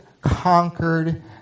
conquered